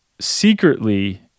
secretly